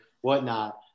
whatnot